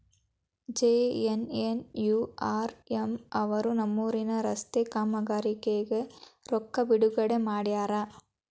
JNNURM ಅವರು ನಮ್ಮೂರಿನ ರಸ್ತೆ ಕಾಮಗಾರಿಗೆ ರೊಕ್ಕಾ ಬಿಡುಗಡೆ ಮಾಡ್ಯಾರ